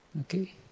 Okay